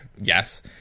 Yes